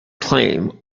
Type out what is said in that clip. claim